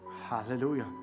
hallelujah